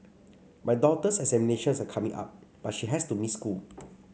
my daughter's examinations are coming up but she has to miss school